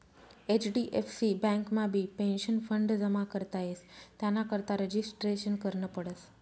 HDFC बँकमाबी pension fund जमा करता येस त्यानाकरता रजिस्ट्रेशन करनं पडस